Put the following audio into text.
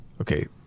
Okay